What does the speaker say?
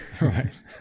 right